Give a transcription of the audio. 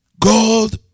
God